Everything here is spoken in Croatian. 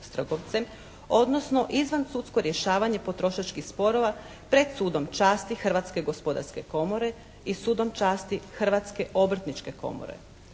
odnosno izvan sudsko rješavanje potrošačkih sporova pred Sudom časti Hrvatske gospodarske komore i Sudom časti Hrvatske obrtničke komore.